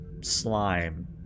slime